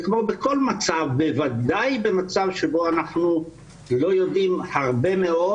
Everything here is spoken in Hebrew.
זה כמו בכל מצב ובוודאי במצב שבו אנחנו לא יודעים הרבה מאוד